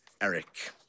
Eric